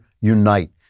unite